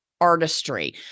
artistry